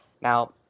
Now